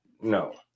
No